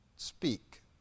Speak